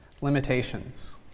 limitations